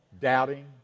Doubting